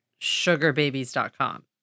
Sugarbabies.com